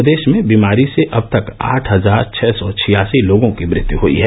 प्रदेश में बीमारी से अब तक आठ हजार छः सौ छियासी लोगों की मृत्यु हयी है